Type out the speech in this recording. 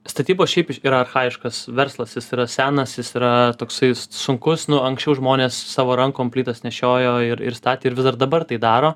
statybos šiaip yra archajiškas verslas jis yra senas jis yra toksai sunkus nu anksčiau žmonės savo rankom plytas nešiojo ir ir statė ir vis dar dabar tai daro